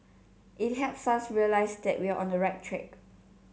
it helps us realise that we're on the right track